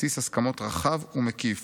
בסיס הסכמות רחב ומקיף